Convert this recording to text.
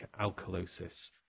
alkalosis